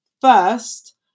first